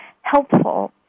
helpful